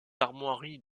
armoiries